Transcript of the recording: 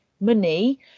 money